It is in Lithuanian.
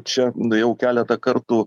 čia nu jau keletą kartų